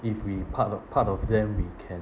if we part of part of them we can